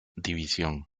división